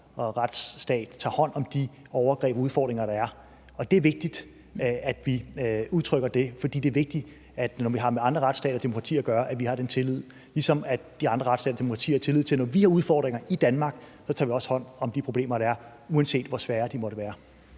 retsstat tager hånd om de overgreb og udfordringer, der er. Og det er vigtigt, at vi udtrykker det, for det er vigtigt, at vi, når vi har med andre retsstater og demokratier at gøre, har den tillid, ligesom de andre retsstater og demokratier har tillid til, at når vi har udfordringer i Danmark, tager vi også hånd om de problemer, der er, uanset hvor svære de måtte være.